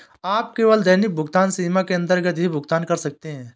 आप केवल दैनिक भुगतान सीमा के अंदर ही भुगतान कर सकते है